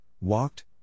walked